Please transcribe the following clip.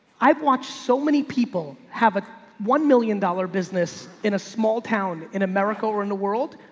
i've watched so many people have a one million dollars business in a small town in america or in the world,